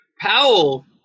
Powell